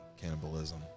cannibalism